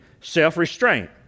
self-restraint